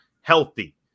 healthy